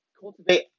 cultivate